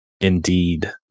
indeed